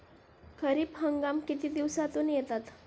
खरीप हंगाम किती दिवसातून येतात?